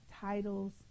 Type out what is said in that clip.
titles